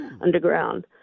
underground